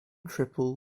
triple